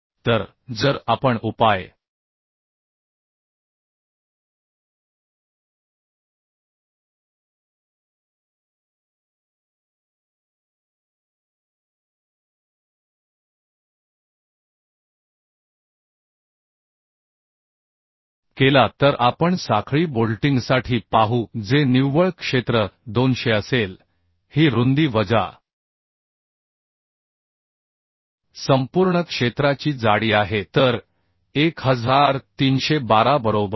तर जर आपण उपाय केला तर आपण साखळी बोल्टिंगसाठी पाहू जे निव्वळ क्षेत्र 200 असेल ही रुंदी वजा संपूर्ण क्षेत्राची जाडी आहे तर 1312 बरोबर